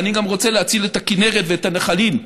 ואני גם רוצה להציל את הכינרת ואת הנחלים,